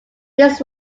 this